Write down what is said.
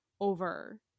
over